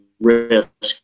risk